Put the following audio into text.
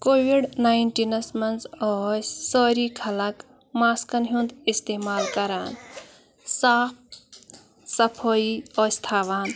covid ناینٹیٖنَس منٛز ٲسۍ سٲری خلق ماسکَن ہُنٛد استعمال کران صاف صفٲیی ٲسۍ تھاوان